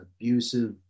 abusive